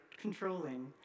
controlling